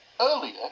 earlier